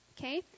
okay